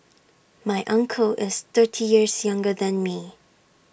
my uncle is thirty years younger than me